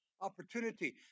opportunity